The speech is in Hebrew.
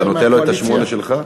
אתה נותן לו את השמונה שלך?